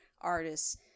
artists